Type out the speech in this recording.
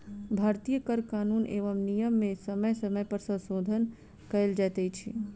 भारतीय कर कानून एवं नियम मे समय समय पर संशोधन कयल जाइत छै